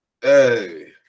hey